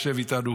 יושב איתנו.